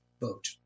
vote